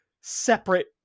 separate